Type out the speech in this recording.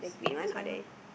this one lah